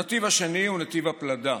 הנתיב השני הוא נתיב הפלדה